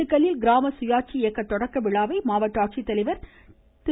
திண்டுக்கல்லில் கிராம சுயாட்சி இயக்க தொடக்க விழாவை மாவட்ட ஆட்சித்தலைவர் திரு